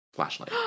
flashlight